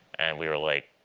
and we were like,